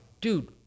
Dude